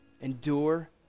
Endure